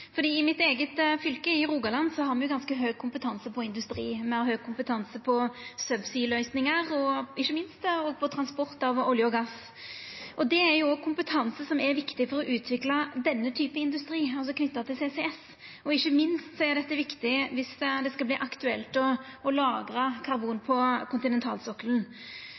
I mitt eige fylke, Rogaland, har me ganske høg kompetanse i industrien. Me har høg kompetanse på subsea-løysingar og ikkje minst òg på transport av olje og gass. Dette er kompetanse som er viktig for å utvikla industri knytt til CCS, og ikkje minst er det viktig om det skal verta aktuelt å lagra karbon på kontinentalsokkelen.